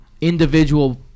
individual